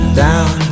down